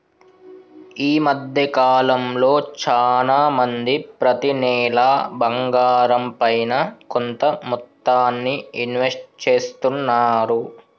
ఈ మద్దె కాలంలో చానా మంది ప్రతి నెలా బంగారంపైన కొంత మొత్తాన్ని ఇన్వెస్ట్ చేస్తున్నారు